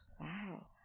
Wow